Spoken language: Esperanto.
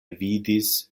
vidis